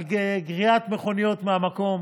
על גרירת מכוניות מהמקום,